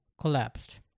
collapsed